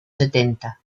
setenta